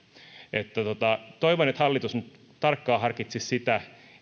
toivon että hallitus nyt tarkkaan harkitsisi sitä